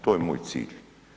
To je moj cilj.